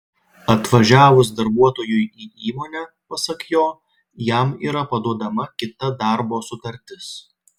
atvažiavus darbuotojui į įmonę pasak jo jam yra paduodama kita darbo sutartis